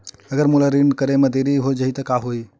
अगर मोला ऋण करे म देरी हो जाहि त का होही?